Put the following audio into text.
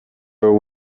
were